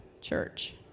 church